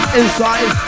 inside